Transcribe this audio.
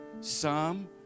Psalm